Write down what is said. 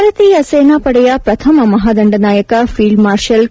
ಭಾರತೀಯ ಸೇನಾ ಪಡೆಯ ಪ್ರಥಮ ಮಹಾದಂಡನಾಯಕ ಫೀಲ್ಗ್ ಮಾರ್ಷಲ್ ಕೆ